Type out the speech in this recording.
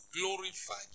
glorified